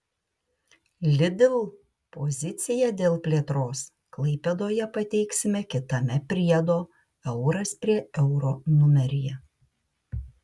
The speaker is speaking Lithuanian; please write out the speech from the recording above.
lidl poziciją dėl plėtros klaipėdoje pateiksime kitame priedo euras prie euro numeryje